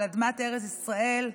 על אדמת ארץ ישראל,